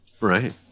right